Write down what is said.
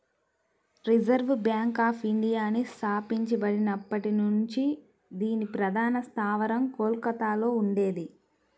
reserve bank of ఇండియాని స్థాపించబడినప్పటి నుంచి దీని ప్రధాన స్థావరం కోల్కతలో ఉండేది